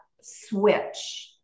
switch